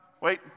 wait